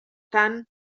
tant